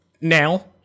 now